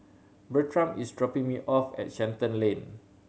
Bertram is dropping me off at Shenton Lane